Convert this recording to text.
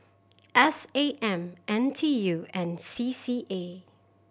S A M N T U and C C A